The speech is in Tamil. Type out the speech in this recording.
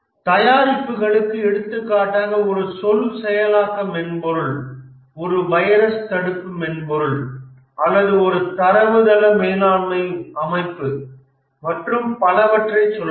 தயாரிப்புகளுக்கு எடுத்துக்காட்டாக ஒரு சொல் செயலாக்க மென்பொருள் ஒரு வைரஸ் தடுப்பு மென்பொருள் அல்லது ஒரு தரவுத்தள மேலாண்மை அமைப்பு மற்றும் பலவற்றை சொல்லலாம்